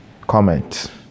comment